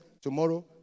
Tomorrow